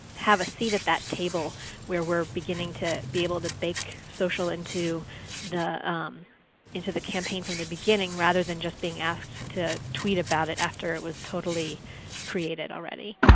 have a seat at that table where we're beginning to be able to bake social into the into the campaign from the beginning rather than just being asked to tweet about it after it was totally created already.